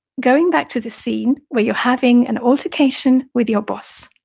going back to the scene where you're having an altercation with your boss.